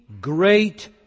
great